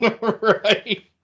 Right